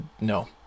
no